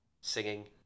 Singing